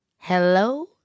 Hello